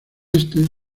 este